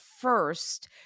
first